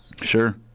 Sure